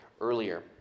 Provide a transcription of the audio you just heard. earlier